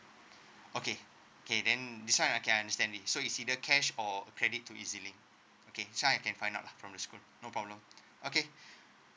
okay okay then this one I can understand it so is either cash or credit to ez link okay so I can find out from school no problem okay